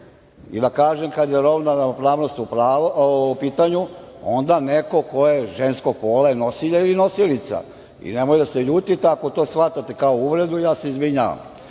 i da kažem, kada je rodna ravnopravnost u pitanju, onda neko ko je ženskog pola je nosilja ili nosilica. Nemojte da se ljutite ako to shvatate kao uvredu, ja se izvinjavam,